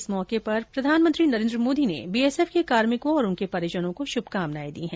इस मौके पर प्रधानमंत्री नरेन्द्र मोदी ने बीएसएफ के कार्मिकों और उनके परिजनों को शुभकामनाएं दी है